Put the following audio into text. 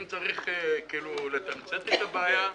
אם צריך לתמצת את הבעיה,